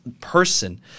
person